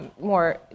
more